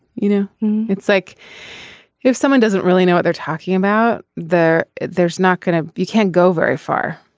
you know it's like if someone doesn't really know what they're talking about there there's not going to. you can't go very far.